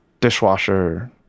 dishwasher